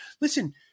Listen